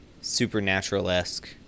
supernatural-esque